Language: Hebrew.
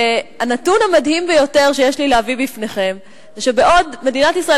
הנתון המדהים ביותר שיש לי להביא בפניכם זה שבעוד מדינת ישראל